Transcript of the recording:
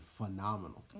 phenomenal